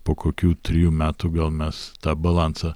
po kokių trijų metų gal mes tą balansą